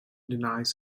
denies